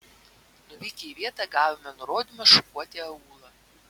nuvykę į vietą gavome nurodymą šukuoti aūlą